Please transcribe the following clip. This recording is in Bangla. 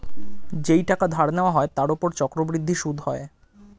যেই টাকা ধার নেওয়া হয় তার উপর চক্রবৃদ্ধি সুদ হয়